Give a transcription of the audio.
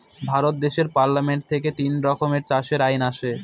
ভারত দেশের পার্লামেন্ট থেকে তিন রকমের চাষের আইন আছে